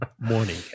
morning